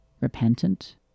repentant